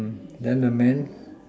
then the man